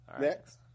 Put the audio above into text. Next